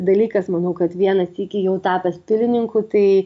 dalykas manau kad vieną sykį jau tapęs pilininku tai